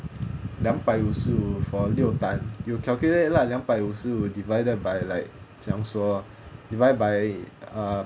两百五十五 for 六蛋 you calculate lah 两百五十五 divided by like 怎样说 divide by uh